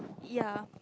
ya